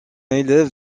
élève